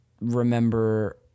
remember